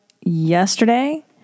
yesterday